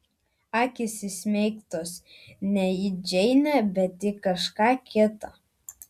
akys įsmeigtos ne į džeinę bet į kažką kitą